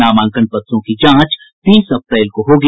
नामांकन पत्रों की जांच तीस अप्रैल को होगी